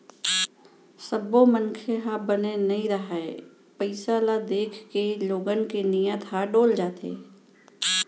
सब्बो मनखे ह बने नइ रहय, पइसा ल देखके लोगन के नियत ह डोल जाथे